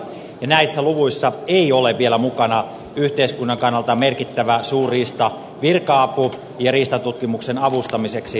näissä luvuissa ei ole vielä mukana yhteiskunnan kannalta merkittävää suurriistavirka apua ja riistantutkimuksen avustamiseksi tehtyä vapaaehtoistyötä